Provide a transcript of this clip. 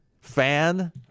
fan—